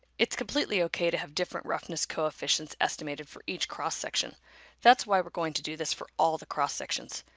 it's completely okay to have different roughness coefficients estimated for each cross section that's why we're going to do this for all the cross sections.